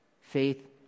Faith